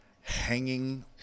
hanging